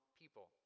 people